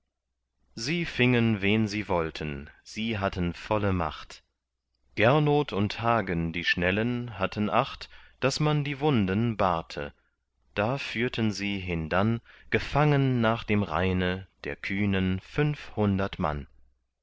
sie fingen wen sie wollten sie hatten volle macht gernot und hagen die schnellen hatten acht daß man die wunden bahrte da führten sie hindann gefangen nach dem rheine der kühnen fünfhundert mann